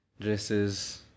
dresses